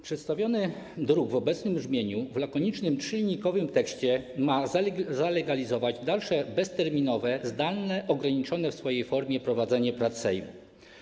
Przedstawiony druk w obecnym brzmieniu, w lakonicznym trzylinijkowym tekście ma zalegalizować dalsze bezterminowe zdalne i ograniczone w swojej formie prowadzenie prac Sejmu.